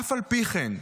אף על פי כן,